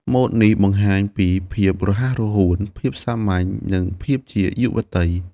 ម៉ូតនេះបង្ហាញពីភាពរហ័សរហួន ភាពសាមញ្ញ និងភាពជាយុវតី។